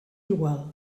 igual